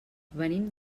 venim